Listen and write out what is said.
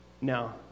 No